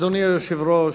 אדוני היושב-ראש,